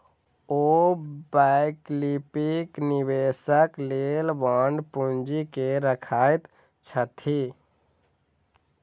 ओ वैकल्पिक निवेशक लेल बांड पूंजी के रखैत छथि